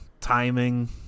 timing